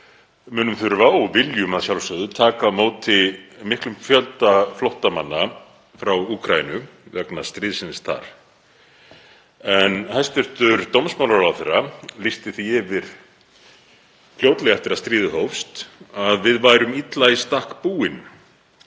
munum þurfa, og viljum að sjálfsögðu, að taka á móti miklum fjölda flóttamanna frá Úkraínu vegna stríðsins þar. Hæstv. dómsmálaráðherra lýsti því yfir, fljótlega eftir að stríðið hófst, að við værum illa í stakk búin